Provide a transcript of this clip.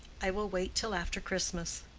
i will wait till after christmas.